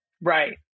right